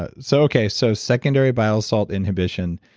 ah so okay, so secondary bile salt inhibition.